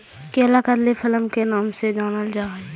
केला कदली फल के नाम से जानल जा हइ